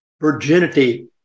virginity